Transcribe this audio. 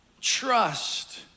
Trust